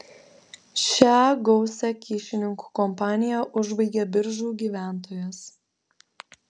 šią gausią kyšininkų kompaniją užbaigė biržų gyventojas